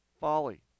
folly